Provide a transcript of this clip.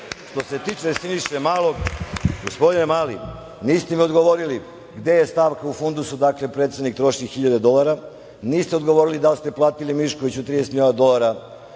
se tiče Siniše Malog, gospodine Mali, niste mi odgovorili gde je stavka u fundusu odakle predsednik troši hiljade dolara? Niste odgovorili da li ste platili Miškoviću 30 miliona dolara